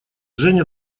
женя